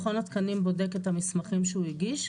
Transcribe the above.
מכון התקנים בודק את המסמכים שהוא הגיש,